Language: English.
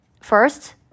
first